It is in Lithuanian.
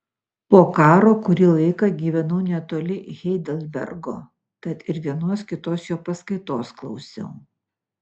po karo kurį laiką gyvenau netoli heidelbergo tad ir vienos kitos jo paskaitos klausiau